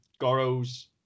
Goro's